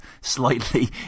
slightly